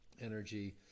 energy